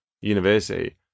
university